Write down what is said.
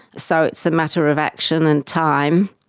so it's a matter of action and time.